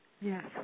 Yes